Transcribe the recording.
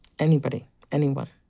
anybody, anyone,